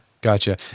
Gotcha